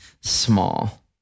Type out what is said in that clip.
small